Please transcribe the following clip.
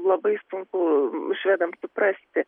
labai sunku švedams suprasti